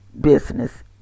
business